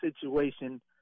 situation